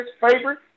favorite